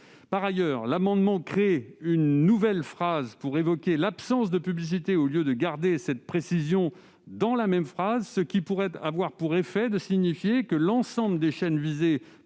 Par ailleurs, l'amendement tend à insérer une nouvelle phrase pour évoquer l'absence de publicité au lieu de garder cette précision dans la même phrase, ce qui pourrait avoir pour effet de signifier que l'ensemble des chaînes visées